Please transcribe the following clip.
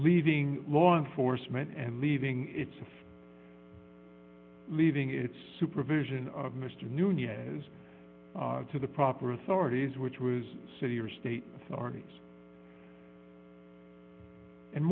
leaving law enforcement and leaving its of leaving its supervision of mr newman yes to the proper authorities which was city or state authorities and